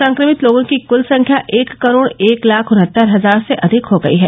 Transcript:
संक्रमित लोगों की कृल संख्या एक करोड एक लाख उनहत्तर हजार से अधिक हो गई है